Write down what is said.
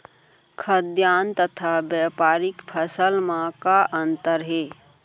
खाद्यान्न तथा व्यापारिक फसल मा का अंतर हे?